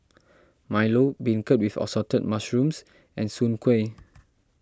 Milo Beancurd with Assorted Mushrooms and Soon Kuih